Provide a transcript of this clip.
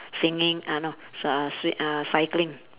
singing uh no swa~ swi~ uh cycling